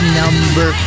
number